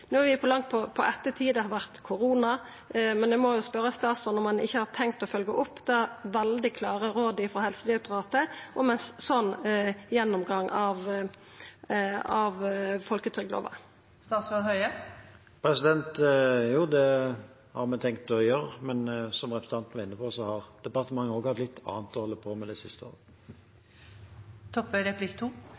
er vi langt på ettertid. Det har vore korona, men eg må jo spørja statsråden om han ikkje har tenkt å følgja opp det veldig klare rådet frå Helsedirektoratet om ein sånn gjennomgang av folketrygdloven. Det har vi tenkt å gjøre, men som representanten var inne på, har departementet også hatt litt annet å holde på med i det siste.